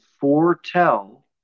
foretell